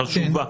חשובה,